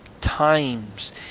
times